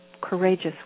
courageous